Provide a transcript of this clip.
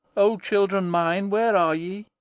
o children mine, where are ye?